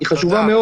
היא חשובה מאוד.